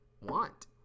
want